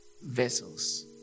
vessels